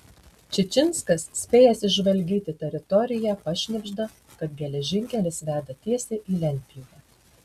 čičinskas spėjęs išžvalgyti teritoriją pašnibžda kad geležinkelis veda tiesiai į lentpjūvę